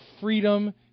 freedom